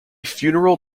funeral